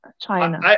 China